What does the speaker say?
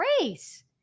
grace